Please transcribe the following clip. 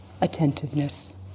attentiveness